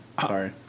Sorry